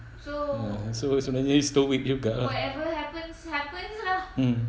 uh sebenarnya stoic juga ah mm